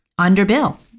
underbill